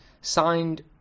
signed